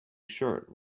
shirt